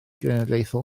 genedlaethol